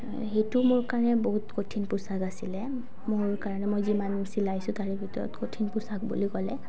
সেইটো মোৰ কাৰণে বহুত কঠিন পোচাক আছিলে মোৰ কাৰণে মই যিমান চিলাইছোঁ তাৰে ভিতৰত কঠিন পোচাক বুলি ক'লে